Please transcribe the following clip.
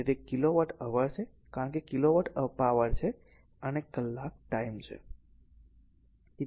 તેથી તે kilowatt hour છે કારણ કે કિલોવોટ પાવર છે અને કલાક ટાઈમ છે